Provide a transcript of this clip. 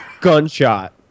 Gunshot